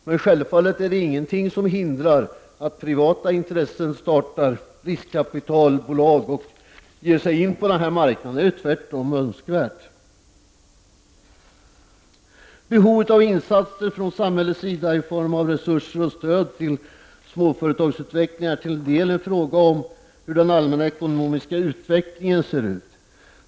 Men självfallet är det ingenting som hindrar att privata intressen startar riskkapitalbolag och ger sig in på den här marknaden. Det är tvärtom önskvärt. Behovet av insatser från samhällets sida i form av resurser och stöd till småföretagsutvecklingen är delvis en fråga om hur den allmänna ekono miska utvecklingen ser ut.